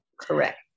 Correct